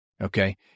Okay